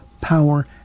power